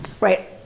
right